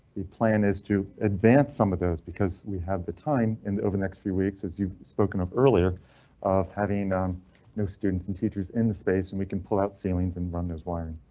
the plan is to advance some of those because we have the time and over next few weeks as you've spoken of earlier of having no students and teachers in the space and we can pull out ceilings and run those wiring.